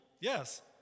Yes